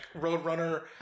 roadrunner